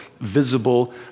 visible